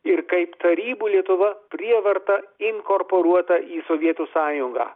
ir kaip tarybų lietuva prievarta inkorporuota į sovietų sąjungą